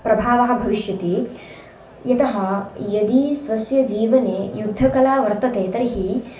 प्रभावः भविष्यति यतः यदि स्वस्य जीवने युद्धकला वर्तते तर्हि